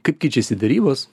kaip keičiasi derybos